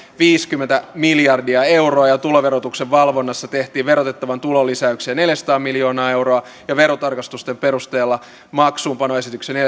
viisikymmentä miljardia euroa ja tuloverotuksen valvonnassa tehtiin verotettavan tulon lisäyksiä neljäsataa miljoonaa euroa ja verotarkastusten perusteella maksuunpanoesityksiä